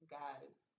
guys